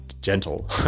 gentle